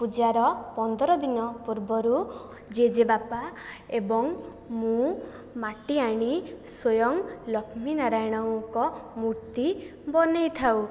ପୂଜାର ପନ୍ଦର ଦିନ ପୂର୍ବରୁ ଜେଜେବାପା ଏବଂ ମୁଁ ମାଟି ଆଣି ସ୍ୱୟଂ ଲକ୍ଷ୍ମୀ ନାରାୟଣଙ୍କ ମୂର୍ତ୍ତି ବନେଇ ଥାଉ